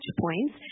points